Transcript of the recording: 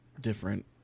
different